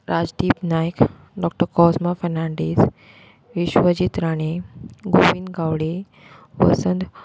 Rajdeep Naik doctor Cosma Fernandes Vishwajit Rane Govind Gaude Vasant